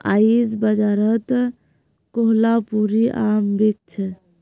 आईज बाजारत कोहलापुरी आम बिक छ